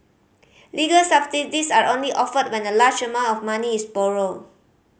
legal subsidies are only offered when a large amount of money is borrowed